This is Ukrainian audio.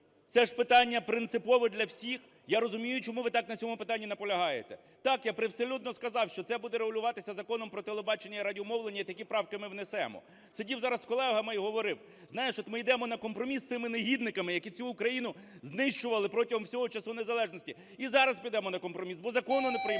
Це ж питання принципове для всіх? Я розумію, чому ви так на цьому питанні наполягаєте. Так, я привселюдно сказав, що це буде регулюватися Законом "Про телебачення і радіомовлення", і такі правки ми внесемо. Сидів зараз з колегами і говорив: знаєш, от, ми йдемо на компроміс з цими негідниками, які цю Україну знищували протягом всього часу незалежності, і зараз підемо на компроміс, бо закону не приймемо,